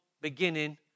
beginning